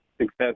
success